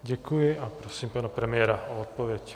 Děkuji a prosím pana premiéra o odpověď.